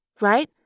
Right